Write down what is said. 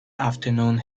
afternoon